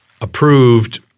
approved